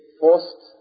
forced